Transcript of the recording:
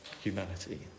humanity